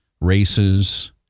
races